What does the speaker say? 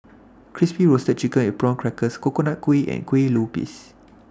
Crispy Roasted Chicken with Prawn Crackers Coconut Kuih and Kueh Lupis